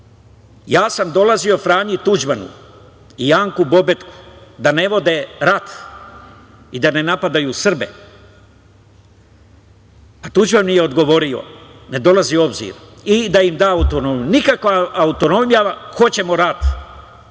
ja sam dolazio Franji Tuđmanu i Janku Bobetku da ne vode rat i da ne napadaju Srbe, Tuđman mi je odgovorio – ne dolazi u obzir i da im da autonomiju. Nikakva autonomija, hoćemo rat,